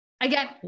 again